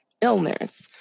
illness